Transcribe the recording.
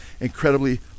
incredibly